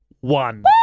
one